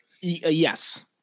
Yes